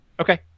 Okay